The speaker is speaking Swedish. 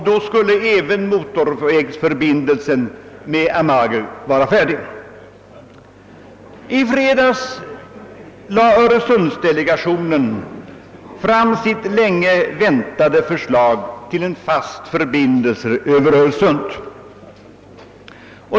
Då skulle även motorvägsförbindelsen med Amager vara klar. I fredags lade öresundsdelegationen fram sitt länge väntade förslag till fast förbindelse över Öresund.